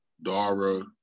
Dara